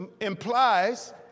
implies